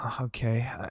okay